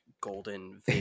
golden